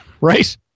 right